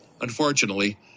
Unfortunately